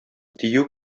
дию